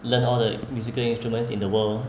learn all the musical instruments in the world